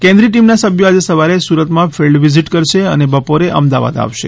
કેન્દ્રીય ટીમના સભ્યો આજે સવારે સુરતમાં ફિલ્ડ વિઝીટ કરશે અને બપોરે અમદાવાદ આવશે